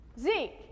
Zeke